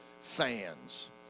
fans